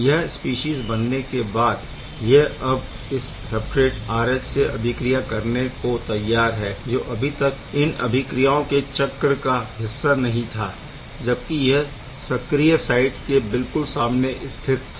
यह स्पीशीज़ बनने के बाद यह अब इस सबस्ट्रेट RH से अभिक्रिया करने को तैयार है जो अभी तक इन अभिक्रियाओं के चक्र का हिस्सा नहीं था जबकि यह सक्रिय साइट के बिलकुल सामने स्थित था